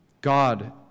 God